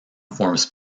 forms